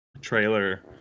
trailer